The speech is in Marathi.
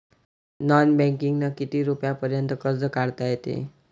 नॉन बँकिंगनं किती रुपयापर्यंत कर्ज काढता येते?